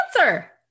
answer